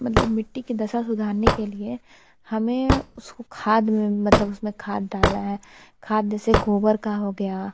मतलब मिट्टी की दशा सुधारने के लिए हमें उसको खाद में मतलब उसमें खाद डालना है खाद जैसे गोबर का हो गया